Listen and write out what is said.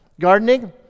Gardening